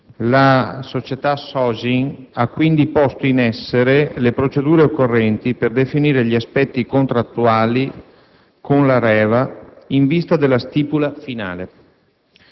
La società Sogin, quindi, ha posto in essere le procedure occorrenti per definire gli aspetti contrattuali con l'Areva in vista della stipula finale.